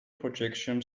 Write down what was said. projection